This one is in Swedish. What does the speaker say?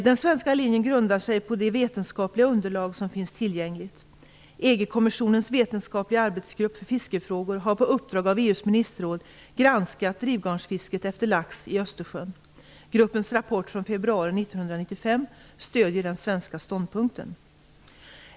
Den svenska linjen grundar sig på det vetenskapliga underlag som finns tillgängligt. EG kommissionens vetenskapliga arbetsgrupp för fiskefrågor har på uppdrag av EU:s ministerråd granskat drivgarnsfisket efter lax i Östersjön. Gruppens rapport från februari 1995 stöder den svenska ståndpunkten.